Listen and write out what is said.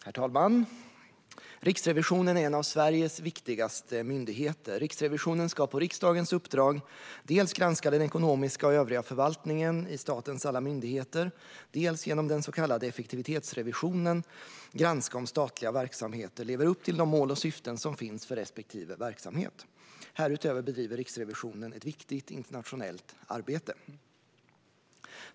Herr talman! Riksrevisionen är en av Sveriges viktigaste myndigheter. Riksrevisionen ska på riksdagens uppdrag dels granska den ekonomiska och övriga förvaltningen i statens alla myndigheter, dels genom den så kallade effektivitetsrevisionen granska om statliga verksamheter lever upp till de mål och syften som finns för respektive verksamhet. Härutöver bedriver Riksrevisionen ett viktigt internationellt arbete.